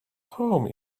home